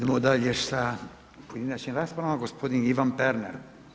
Idemo dalje sa pojedinačnim raspravama, gospodin Ivan Pernar.